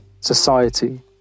society